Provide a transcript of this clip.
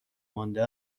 مانده